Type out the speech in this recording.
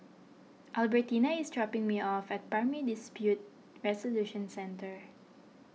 Albertina is dropping me off at Primary Dispute Resolution Centre